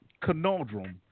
conundrum